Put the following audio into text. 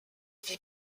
fait